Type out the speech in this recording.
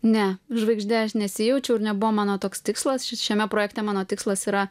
ne žvaigžde aš nesijaučiau ir nebuvo mano toks tikslas ši šiame projekte mano tikslas yra